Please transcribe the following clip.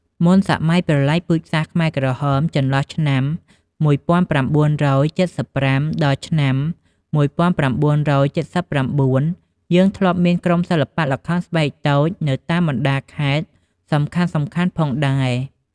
មុនសម័យប្រល័យពូជសាសន៍ខ្មែរក្រហម ចន្លោះឆ្នាំ១៩៧៥ ដល់ឆ្នាំ១៩៧៩ យើងធ្លាប់មានក្រុមសិល្បៈល្ខោនស្បែកតូចនៅតាមបណ្តាខេត្តសំខាន់ៗផងដែរ ។